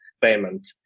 payment